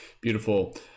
beautiful